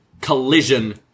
Collision